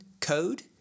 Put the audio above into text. code